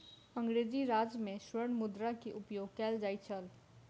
अंग्रेजी राज में स्वर्ण मुद्रा के उपयोग कयल जाइत छल